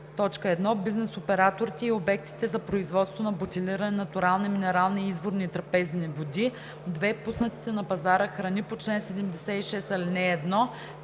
на: 1. бизнес операторите и обектите за производство на бутилирани натурални минерални, изворни и трапезни води; 2. пуснатите на пазара храни по чл. 76, ал. 1;